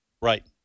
Right